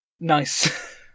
nice